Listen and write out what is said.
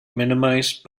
minimized